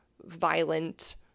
violent